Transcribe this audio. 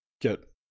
get